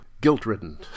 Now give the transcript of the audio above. guilt-ridden